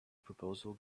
proposal